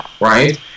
right